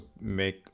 make